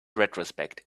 retrospect